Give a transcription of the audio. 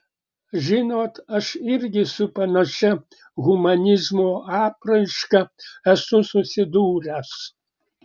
žinot aš irgi su panašia humanizmo apraiška esu susidūręs